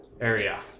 Area